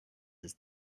his